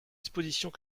dispositions